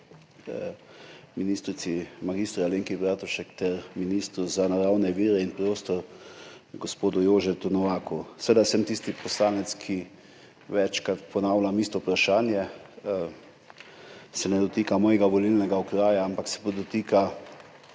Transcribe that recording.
infrastrukturo mag. Alenko Bratušek ter ministra za naravne vire in prostor, gospoda Jožeta Novaka. Seveda sem tisti poslanec, ki večkrat ponavljam isto vprašanje, ki se ne dotika mojega volilnega okraja, ampak se pa dotika